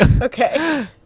Okay